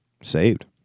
Saved